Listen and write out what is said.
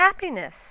happiness